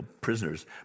prisoners